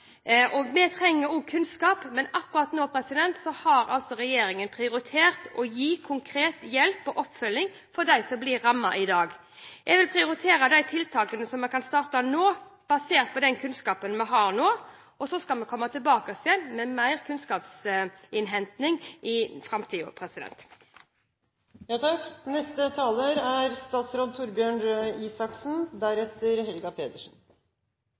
Vi trenger også kunnskap, men akkurat nå har regjeringen prioritert å gi konkret hjelp og oppfølging til dem som blir rammet i dag. Jeg vil prioritere de tiltakene som vi kan starte nå, basert på den kunnskapen vi har nå, og så skal vi komme tilbake igjen med mer kunnskapsinnhenting i